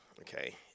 okay